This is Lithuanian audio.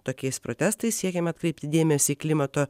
tokiais protestais siekiama atkreipti dėmesį į klimato